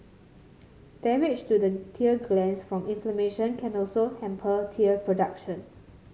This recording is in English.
damage to the tear glands from inflammation can also hamper tear production